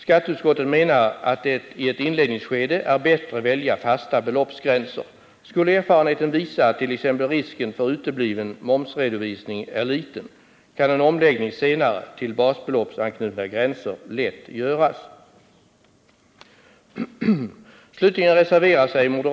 Skatteutskottet menar att det i ett inledningsskede är bättre att välja fasta beloppsgränser. Skulle erfarenheten visa att t.ex. risken för utebliven momsredovisning är liten kan en omläggning senare till basbeloppsanknutna gränser lätt göras.